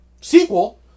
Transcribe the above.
sequel